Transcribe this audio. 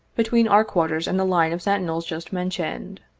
between our quarters and the line of sentinels just mentioned.